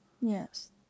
Yes